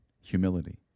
humility